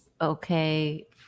okay